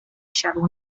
siadł